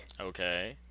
Okay